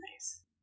Nice